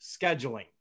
scheduling